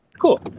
Cool